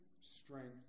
strength